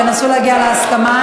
תנסו להגיע להסכמה.